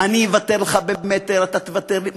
אני אוותר לך במטר, אתה תוותר לי?